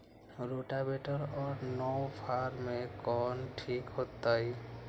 Rotavator और नौ फ़ार में कौन ठीक होतै?